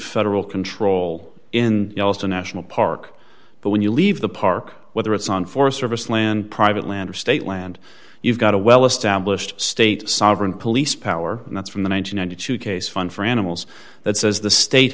federal control in yellowstone national park but when you leave the park whether it's on forest service land private land or state land you've got a well established state sovereign police power and that's from the one thousand nine hundred and two case fun for animals that says the state